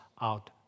out